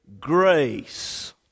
grace